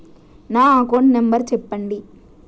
నా account number చెప్పండి?